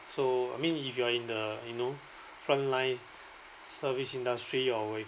so I mean if you are in the you know front line service industry or what